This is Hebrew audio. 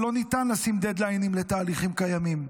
ולא ניתן לשים דדליינים לתהליכים קיימים,